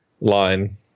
line